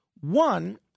One